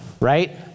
right